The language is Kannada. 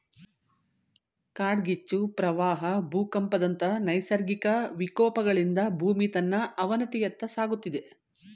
ಕಾಡ್ಗಿಚ್ಚು, ಪ್ರವಾಹ ಭೂಕಂಪದಂತ ನೈಸರ್ಗಿಕ ವಿಕೋಪಗಳಿಂದ ಭೂಮಿ ತನ್ನ ಅವನತಿಯತ್ತ ಸಾಗುತ್ತಿದೆ